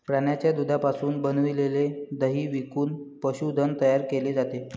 प्राण्यांच्या दुधापासून बनविलेले दही विकून पशुधन तयार केले जाते